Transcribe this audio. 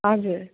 हजुर